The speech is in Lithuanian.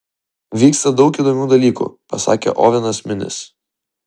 vyksta daug įdomių dalykų pasakė ovenas minis